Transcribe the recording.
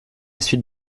suite